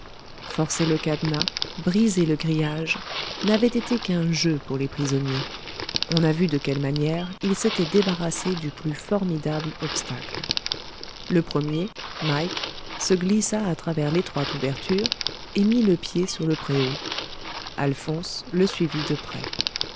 forcer le cadenas briser le grillage n'avaient été qu'un jeu pour les prisonniers on a vu de quelle manière ils s'étaient débarrassés du plus formidable obstacle le premier mike se glissa à travers l'étroite ouverture et mit le pied sur le préau alphonse le suivit de près